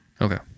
Okay